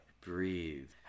Breathe